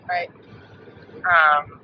Right